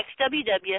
XWW